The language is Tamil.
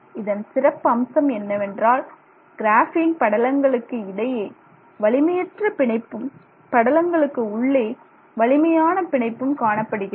இதன் சிறப்பம்சம் என்னவென்றால் கிராபின் படலங்களுக்கு இடையே வலிமையற்ற பிணைப்பும் படலங்களுக்கு உள்ளே வலிமையான பிணைப்பும் காணப்படுகிறது